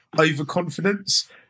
overconfidence